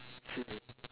same